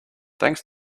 thanks